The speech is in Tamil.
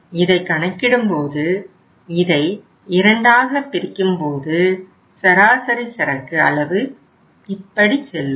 இதை கணக்கிடும்போது இதை இரண்டாக பிரிக்கும் போது சராசரி சரக்கு அளவு இப்படி செல்லும்